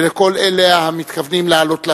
ולכל אלה המתכוונים לעלות לרגל,